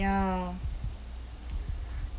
ya